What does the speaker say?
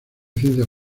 ciencias